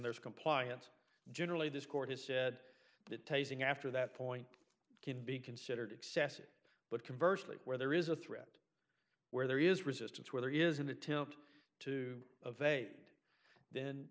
there's compliance generally this court has said that tasing after that point can be considered excessive but commercially where there is a threat where there is resistance where there is an attempt to evade then